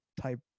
type